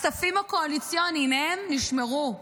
הכספים הקואליציוניים, הם נשמרו.